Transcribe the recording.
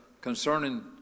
concerning